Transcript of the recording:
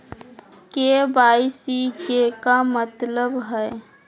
KYC के का मतलब हई?